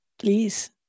Please